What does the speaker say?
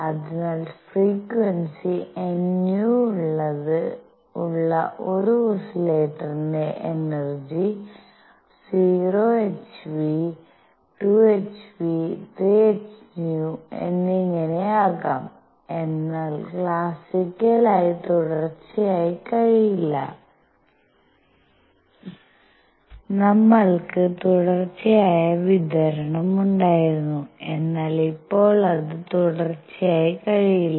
അതിനാൽ frequency nu ഉള്ള ഒരു ഓസിലേറ്ററിന്റെ എനർജി 0 h ν 2 h ν 3 h ν എന്നിങ്ങനെ ആകാം എന്നാൽ ക്ലാസിക്കൽ ആയി തുടർച്ചയായി കഴിയില്ല നമ്മൾക്ക് തുടർച്ചയായ വിതരണം ഉണ്ടായിരുന്നു എന്നാൽ ഇപ്പോൾ അത് തുടർച്ചയായി കഴിയില്ല